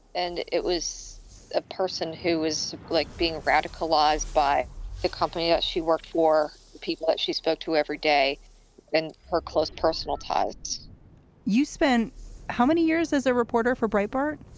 and it was a person who is like being radicalized by the company ah she worked for, people that she spoke to every day and her close personal ties you spent how many years as a reporter for briber?